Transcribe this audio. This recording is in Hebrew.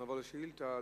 שנעבור לשאילתא,